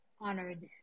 honored